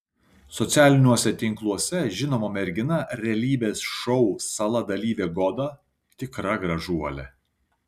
socialiniuose tinkluose žinoma mergina realybės šou sala dalyvė goda tikra gražuolė